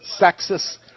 sexist